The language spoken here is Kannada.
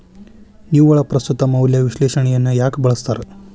ನಿವ್ವಳ ಪ್ರಸ್ತುತ ಮೌಲ್ಯ ವಿಶ್ಲೇಷಣೆಯನ್ನ ಯಾಕ ಬಳಸ್ತಾರ